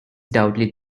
doubly